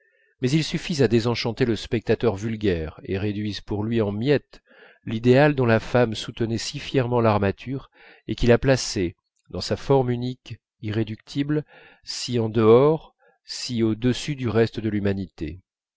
mais ils suffisent à désenchanter le spectateur vulgaire et réduisent pour lui en miettes l'idéal dont la femme soutenait si fièrement l'armature et qui la plaçait dans sa forme unique irréductible si en dehors si au-dessus du reste de l'humanité